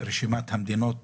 לרשימת המדינות